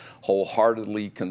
wholeheartedly